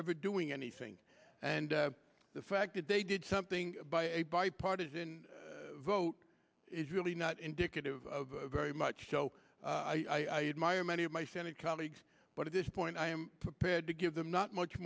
ever doing anything and the fact that they did something by a bipartisan vote is really not indicative of very much so i admire many of my senate colleagues but at this point i am prepared to give them not much